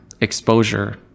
exposure